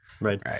right